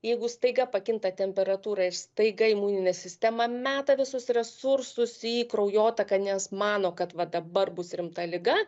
jeigu staiga pakinta temperatūra ir staiga imuninė sistema meta visus resursus į kraujotaką nes mano kad va dabar bus rimta liga